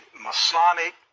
Masonic